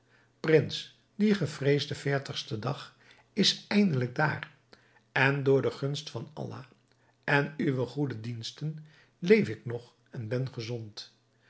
prins die gevreesde veertigste dag is eindelijk daar en door de gunst van allah en uwe goede diensten leef ik nog en ben gezond